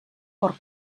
por